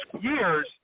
years